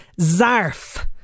Zarf